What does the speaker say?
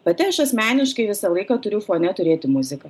pati aš asmeniškai visą laiką turiu fone turėti muziką